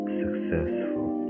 successful